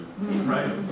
right